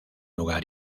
lugar